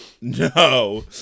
no